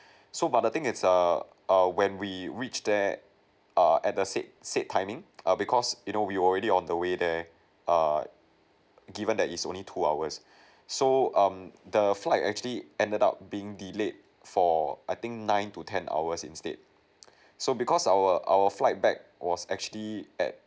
so but the thing is err err when we reached there err at the said said timing err because you know we already on the way there err given that it's only two hours so um the flight actually ended up being delayed for I think nine to ten hours instead so because our our flight back was actually at